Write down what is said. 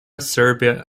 serbia